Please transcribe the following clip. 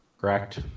correct